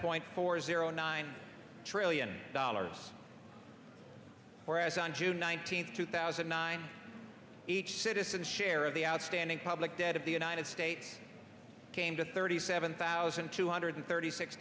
point four zero nine trillion dollars whereas on june nineteenth two thousand and nine eight citizens share the outstanding public debt of the united states came to thirty seven thousand two hundred thirty six